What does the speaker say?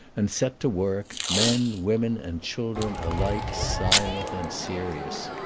and set to work, men, women, and children alike silent and serious.